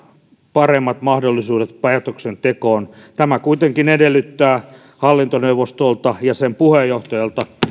paremmat mahdollisuudet päätöksentekoon tämä kuitenkin edellyttää hallintoneuvostolta ja sen puheenjohtajalta